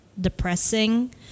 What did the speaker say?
depressing